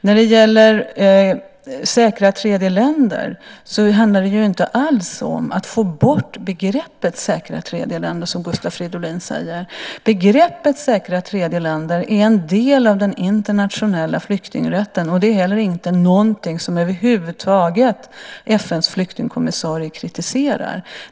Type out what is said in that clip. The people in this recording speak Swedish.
När det gäller säkra tredjeländer handlar det ju inte alls om att få bort begreppet, som Gustav Fridolin säger. Begreppet "säkra tredjeländer" är en del av den internationella flyktingrätten, och det är inte heller någonting som FN:s flyktingkommissarie över huvud taget kritiserar.